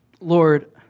Lord